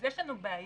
אז יש לנו בעיה.